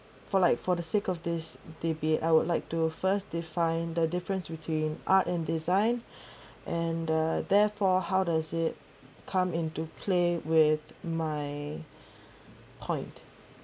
for like for the sake of this debate I would like to first define the difference between art and design and the therefore how does it come into play with my point